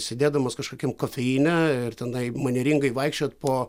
sėdėdamas kažkokiam kofeine ir tenai manieringai vaikščiot po